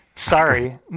Sorry